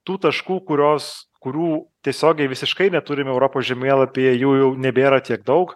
tų taškų kurios kurių tiesiogiai visiškai neturim europos žemėlapyje jų jau nebėra tiek daug